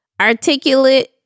Articulate